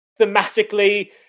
thematically